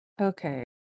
Okay